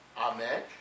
Amen